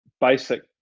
basic